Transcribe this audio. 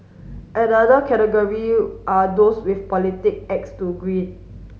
another category are those with a politic axe to grin